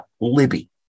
Libby